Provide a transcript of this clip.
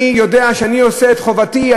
אני יודע שאני עושה את חובתי,